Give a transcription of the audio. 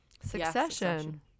succession